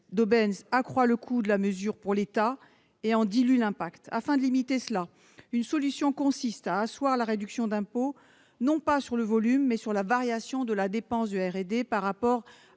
d'aubaine accroît le coût de la mesure pour l'État et en dilue l'impact. Afin de limiter cela, une solution consiste à asseoir la réduction d'impôt non pas sur le volume, mais sur la variation de la dépense de RD par rapport à